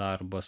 darbas